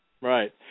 Right